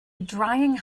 drying